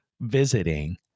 visiting